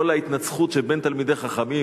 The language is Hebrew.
כל ההתנצחות שבין תלמידי חכמים,